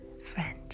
French